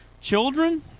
children